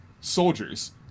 soldiers